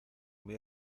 muy